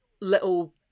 little